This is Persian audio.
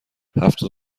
هفتاد